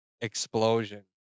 explosion